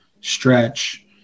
stretch